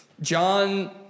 John